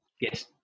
yes